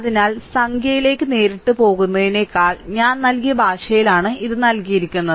അതിനാൽ സംഖ്യയിലേക്ക് നേരിട്ട് പോകുന്നതിനേക്കാൾ ഞാൻ നൽകിയ ഭാഷയിലാണ് ഇത് നൽകിയിരിക്കുന്നത്